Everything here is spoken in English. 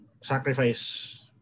sacrifice